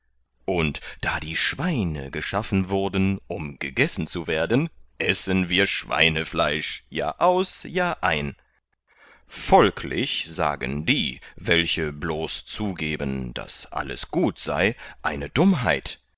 und da die schweine geschaffen wurden um gegessen zu werden essen wir schweinefleisch jahr aus jahr ein folglich sagen die welche bloß zugeben daß alles gut sei eine dummheit